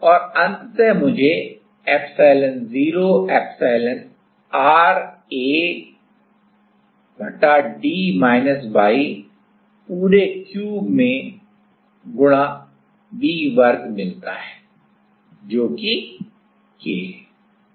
तो अंततः मुझे epsilon0 epsilon r Aविभाजित d माइनस y पूरे क्यूब से v वर्ग मिलता है जो कि K है